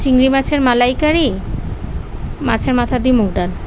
চিংড়ি মাছের মালাইকারি মাছের মাথা দিয়ে মুগ ডাল